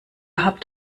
habt